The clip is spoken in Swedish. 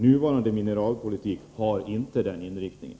Nuvarande mineralpolitik har inte den inriktningen.